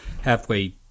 halfway